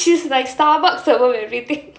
she is like Starbucks over everything